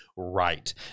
Right